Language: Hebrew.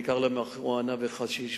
בעיקר למריחואנה וחשיש,